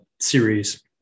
series